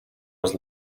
was